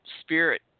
spirit